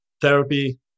therapy